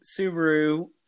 Subaru